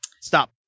stop